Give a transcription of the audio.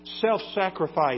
self-sacrifice